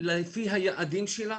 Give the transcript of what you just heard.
לפי היעדים שלה,